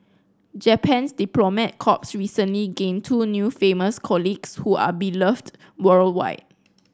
Japan's diplomat corps recently gained two new famous colleagues who are beloved worldwide